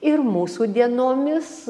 ir mūsų dienomis